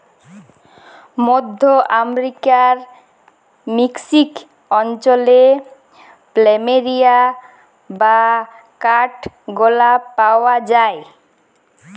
মধ্য আমরিকার মেক্সিক অঞ্চলে প্ল্যামেরিয়া বা কাঠগলাপ পাওয়া যায়